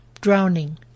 drowning